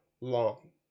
long